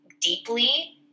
deeply